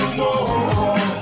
more